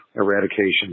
Eradication